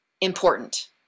important